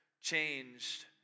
changed